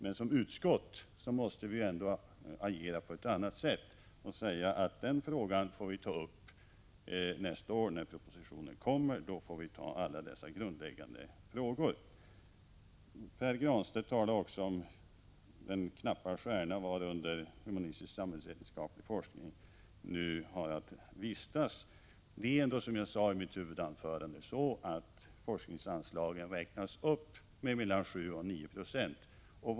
Men som utskott bör vi agera på ett annat sätt och konstatera att de sakerna får vi ta upp nästa år. Inför en ny planeringsperiod får vi behandla alla sådana grundläggande frågor. Pär Granstedt talade också om den knapphetens kalla stjärna varunder humanistisk samhällsvetenskaplig forskning nu har att verka. Det är ändå, som jag sade i mitt huvudanförande, så att forskningsanslagen räknas upp med mellan 7 och 9 26.